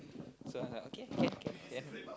so I like okay can can can